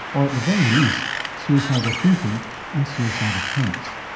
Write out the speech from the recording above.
or at the very least suicidal thinking and suicide attempts.